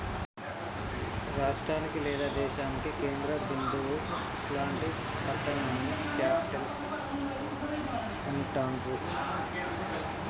రాష్టానికి లేదా దేశానికి కేంద్ర బిందువు లాంటి పట్టణాన్ని క్యేపిటల్ అంటాండ్రు